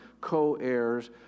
co-heirs